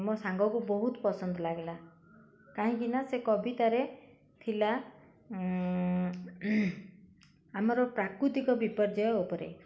ମୋ ସାଙ୍ଗକୁ ବହୁତ ପସନ୍ଦ ଲାଗିଲା କାହିଁକିନା ସେ କବିତାରେ ଥିଲା ଆମର ପ୍ରାକୃତିକ ବିପର୍ଯୟ ଉପରେ